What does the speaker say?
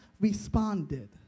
responded